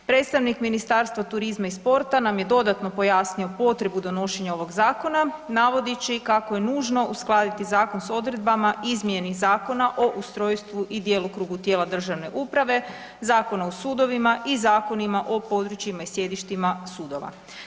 Predstavnik Ministarstva turizma i sporta nam je dodatno pojasnio potrebu donošenja ovog zakona navodeći kako je nužno uskladiti zakon s odredbama izmjeni Zakona o ustrojstvu i djelokrugu tijela državne uprave, Zakona o sudovima i zakonima i područjima i sjedištima sudova.